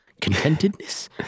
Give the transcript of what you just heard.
Contentedness